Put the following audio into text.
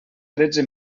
tretze